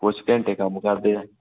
ਕੁਛ ਘੰਟੇ ਕੰਮ ਕਰਦੇ ਆ